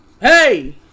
Hey